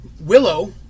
Willow